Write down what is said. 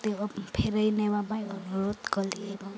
ଫେରାଇ ନେବା ପାଇଁ ଅନୁରୋଧ କଲି ଏବଂ